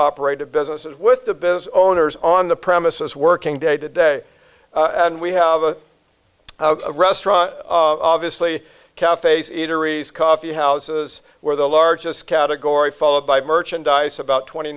operated businesses with the business owners on the premises working day to day and we have a restaurant obviously cafes eateries coffee houses where the largest category followed by merchandise about twenty